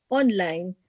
online